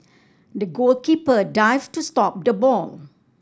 the goalkeeper dived to stop the ball